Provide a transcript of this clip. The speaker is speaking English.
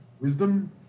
Wisdom